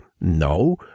No